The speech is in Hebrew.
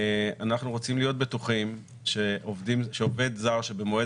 אנחנו רוצים להיות בטוחים שעובד זר שבמועד